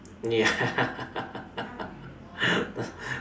ya